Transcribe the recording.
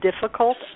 difficult